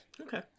Okay